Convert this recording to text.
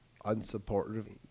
unsupportive